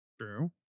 True